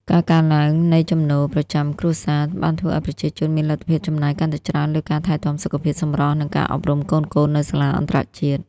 ការកើនឡើងនៃចំណូលប្រចាំគ្រួសារ បានធ្វើឱ្យប្រជាជនមានលទ្ធភាពចំណាយកាន់តែច្រើនលើការថែទាំសុខភាព សម្រស់ និងការអប់រំកូនៗនៅសាលាអន្តរជាតិ។